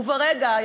וברגע,